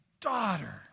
Daughter